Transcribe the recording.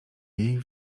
jej